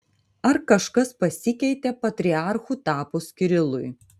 ar kažkas pasikeitė patriarchu tapus kirilui